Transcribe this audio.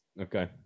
Okay